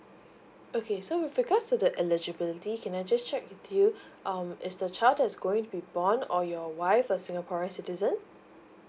okay so with regards to the eligibility can I just check with you um is the child that is going to be born or your wife a singaporean citizen